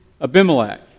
Abimelech